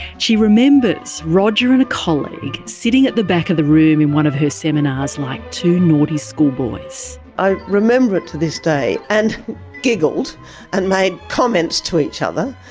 she remembers roger and a colleague sitting at the back of a room in one of her seminars like two naughty schoolboys. i remember it to this day. and giggled and made comments to each other,